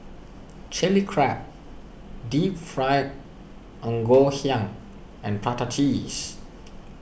Chilli Crab Deep Fried Ngoh Hiang and Prata Cheese